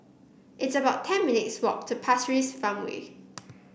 it's about ten minutes' walk to Pasir Ris Farmway